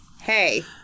Hey